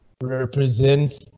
Represents